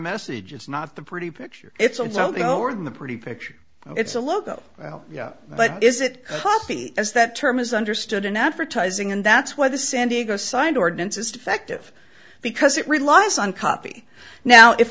message it's not the pretty picture it's of you know or the pretty picture it's a logo well yeah but is it coffee as that term is understood in advertising and that's why the san diego sign ordinance is defective because it relies on copy now if